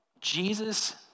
Jesus